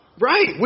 Right